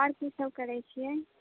आओर कीसभ करैत छियै